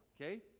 Okay